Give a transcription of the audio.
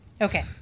Okay